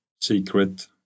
secret